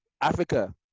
Africa